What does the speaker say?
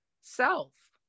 Self